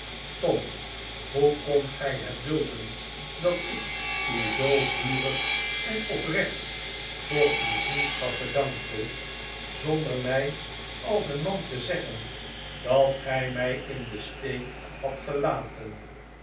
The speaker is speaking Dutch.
tom hoe kondt gij het dulden dat ik u zoo vurig en oprecht voor uw vriendschap bedankte zonder mij als een man te zeggen dat gij mij in den steek hadt gelaten